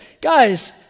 guys